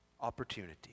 opportunity